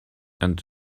and